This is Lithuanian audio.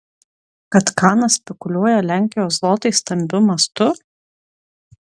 kad kanas spekuliuoja lenkijos zlotais stambiu mastu